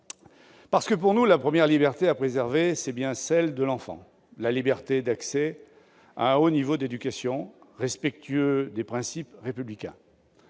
À nos yeux, la première liberté à préserver, c'est bien celle de l'enfant : la liberté d'accéder à un haut niveau d'éducation, respectueux des principes républicains